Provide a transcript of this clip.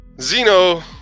Zeno